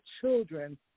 children